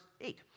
eight